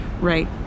right